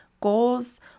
goals